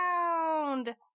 round